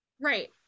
Right